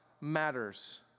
matters